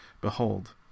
behold